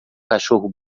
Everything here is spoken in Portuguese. cachorro